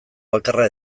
bakarra